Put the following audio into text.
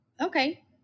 Okay